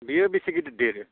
बेयो बेसे गिदित देरो